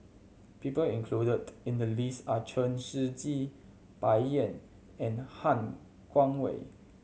people included in the list are Chen Shiji Bai Yan and Han Guangwei